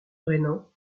brennan